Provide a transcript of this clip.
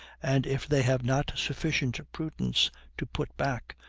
and, if they have not sufficient prudence to put back,